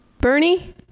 Bernie